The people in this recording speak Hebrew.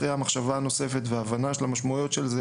אחרי מחשבה נוספת והבנה של המשמעויות של זה